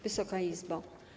Wysoka Izbo!